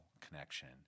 connection